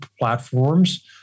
platforms